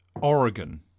oregon